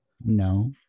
no